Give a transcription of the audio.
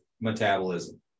metabolism